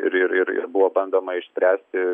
ir ir ir ir buvo bandoma išspręsti